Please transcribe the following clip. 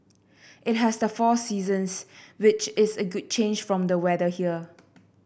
it has the four seasons which is a good change from the weather here